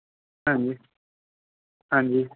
ਹਾਂਜੀ ਹਾਂਜੀ